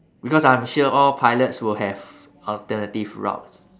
because I'm sure all pilots will have alternative routes